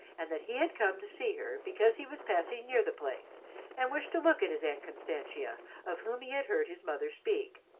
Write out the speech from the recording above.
and that he had come to see her because he was passing near the place and wished to look at his aunt constantia of whom he had heard his mother speak.